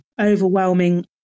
overwhelming